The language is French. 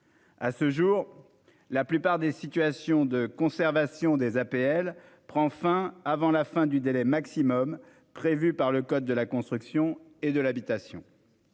À ce jour, la plupart des situations de conservation des APL cessent avant la fin du délai maximum prévu par le code de la construction et de l'habitation.